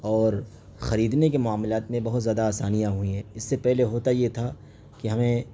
اور خریدنے کے معاملات میں بہت زیادہ آسانیاں ہوئی ہیں اس سے پہلے ہوتا یہ تھا کہ ہمیں